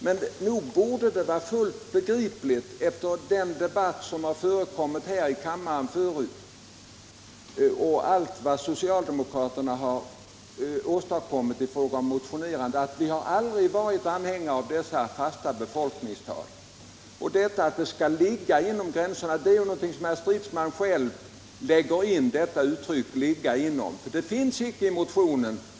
Men nog borde det, efter den debatt som förekommit tidigare här i kammaren och efter alla socialdemokratiska motioner i frågan, vara fullt begripligt att vi aldrig varit anhängare av de fasta befolkningstalen. Herr Stridsman sade att det står i motionen att befolkningstalen skall ligga inom gränserna. Uttrycket att de skall ”ligga inom” har herr Stridsman själv lagt till. Det finns icke i motionen.